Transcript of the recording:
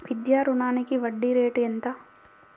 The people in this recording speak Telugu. విద్యా రుణానికి వడ్డీ రేటు ఎంత?